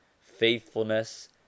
faithfulness